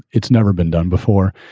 it's never been done before.